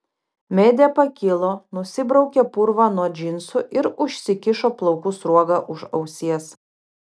medė pakilo nusibraukė purvą nuo džinsų ir užsikišo plaukų sruogą už ausies